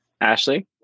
Ashley